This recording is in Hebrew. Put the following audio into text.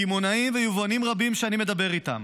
קמעונאים ויבואנים רבים שאני מדבר איתם